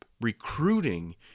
Recruiting